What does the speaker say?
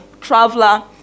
traveler